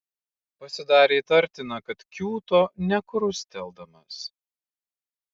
pasidarė įtartina kad kiūto nekrusteldamas